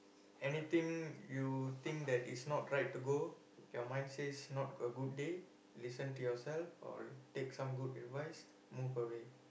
anything you think that is not right to go your mind says not a good day listen to yourself or take some good advice move away